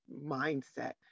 mindset